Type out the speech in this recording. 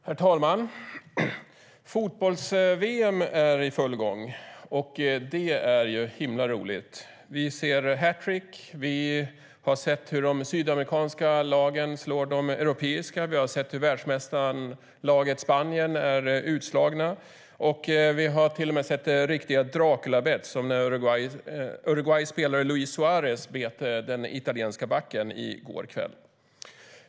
Herr talman! Fotbolls-VM är i full gång. Det är himla roligt. Vi har sett hat trick, vi har sett hur de sydamerikanska lagen slår de europeiska, vi har sett hur världsmästarlaget Spanien är utslaget och vi har till och med sett riktiga draculabett som när Uruguays spelare Luis Suárez bet den italienska backen i går kväll.